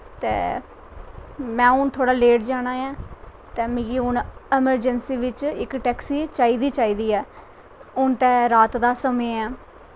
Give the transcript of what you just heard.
ते में हून थोह्ड़ा लेट जाना ऐ ते हून मिगी अमर्जैंसी बिच्च इक टैक्सी चाही दी गै चाही दी ऐ हून ते रात दा समें ऐं